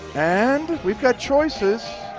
and we've got choices.